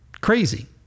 Crazy